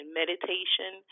meditation